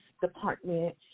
department